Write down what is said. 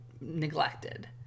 neglected